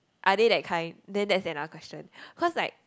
are they that kind then that's another question cause like